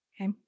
Okay